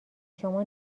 شما